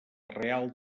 real